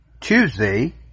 Tuesday